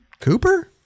Cooper